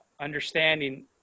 understanding